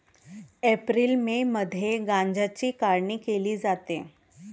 April May मध्ये गांजाची काढणी केली जाते